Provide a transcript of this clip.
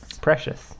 Precious